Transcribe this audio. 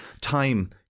time